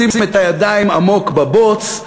לשים את הידיים עמוק בבוץ,